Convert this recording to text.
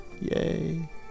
Yay